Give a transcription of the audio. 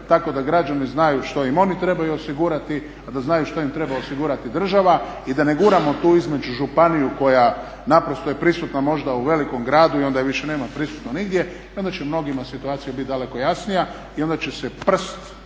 tako da građani znaju što im oni trebaju osigurati, a da znaju što im treba osigurati država i da ne guramo tu između županiju koja je prisutna možda u velikom gradu i onda je više nema prisutno nigdje i onda će mnogima situacija biti daleko jasnija i onda će se prst